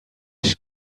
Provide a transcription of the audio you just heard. tisch